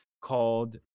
called